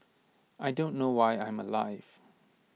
I don't know why I'm alive